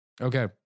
Okay